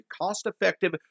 cost-effective